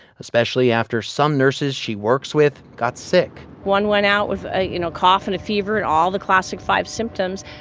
especially after some nurses she works with got sick one went out with a, you know, cough and a fever, and all the classic five symptoms.